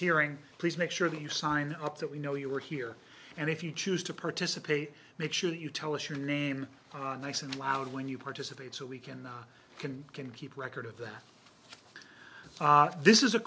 hearing please make sure that you sign up that we know you are here and if you choose to participate make sure you tell us your name nice and loud when you participate so we can not can can keep record of that this is a